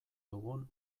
dugun